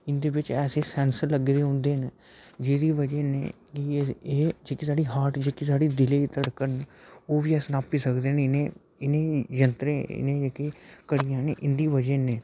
इं'दे बिच ऐसे सेंसर लग्गे दे होंदे न जेह्दी बजह् नै की एह् एह् जेह्की साढ़ी हार्ट जेह्की साढ़ी दिलै दी धड़कन ओह् बी अस नापी सकदे न इ'नें इ'नें यंत्रें इ'नें जेह्की घड़ियां नी इं'दी बजह् नै